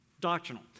doctrinal